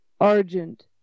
Argent